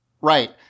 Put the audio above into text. Right